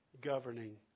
governing